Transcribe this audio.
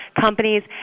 companies